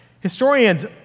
Historians